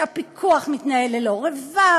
שהפיקוח מתנהל ללא רבב,